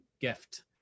gift